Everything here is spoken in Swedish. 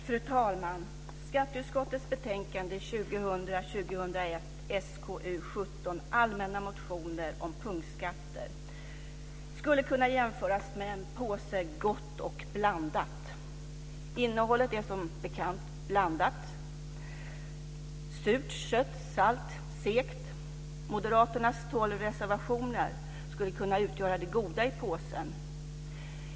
Fru talman! Skatteutskottets betänkande 2000/01:SkU17 Allmänna motioner om punktskatter skulle kunna jämföras med en påse Gott och blandat. Innehållet är som bekant blandat. Det är surt, sött, salt och segt. Moderaternas tolv reservationer skulle kunna utgöra det goda i påsen.